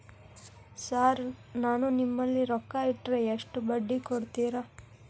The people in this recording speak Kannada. ಸರ್ ನಾನು ನಿಮ್ಮಲ್ಲಿ ರೊಕ್ಕ ಇಟ್ಟರ ಎಷ್ಟು ಬಡ್ಡಿ ಕೊಡುತೇರಾ?